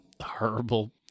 horrible